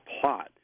plot